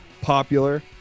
popular